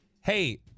hey